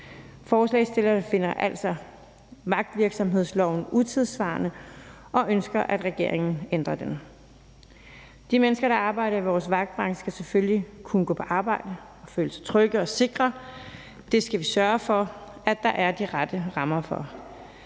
Forslagsstillerne finder altså vagtvirksomhedsloven utidssvarende og ønsker, at regeringen ændrer den. De mennesker, der arbejder i vores vagtbranche, skal selvfølgelig kunne gå på arbejde og føle sig trygge og sikre, og det skal vi sørge for at der er de rette rammer for.